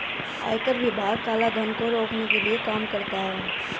आयकर विभाग काला धन को रोकने के लिए काम करता है